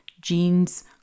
genes